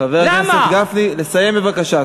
חבר הכנסת גפני, לסיים בבקשה.